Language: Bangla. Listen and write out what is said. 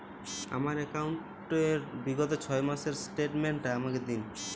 আমার অ্যাকাউন্ট র বিগত ছয় মাসের স্টেটমেন্ট টা আমাকে দিন?